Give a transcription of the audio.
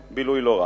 ובילוי לא רע.